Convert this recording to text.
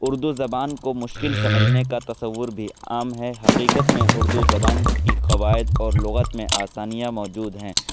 اردو زبان کو مشکل سمجھنے کا تصور بھی عام ہے حقیقت میں اردو زبان کی قواعد اور لغت میں آسانیاں موجود ہیں